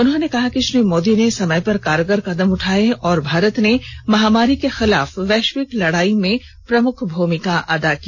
उन्होंने कहा कि श्री मोदी ने समय पर कारगर कदम उठाए और भारत ने महामारी के खिलाफ वैश्विक लडाई में प्रमुख भूमिका अदा की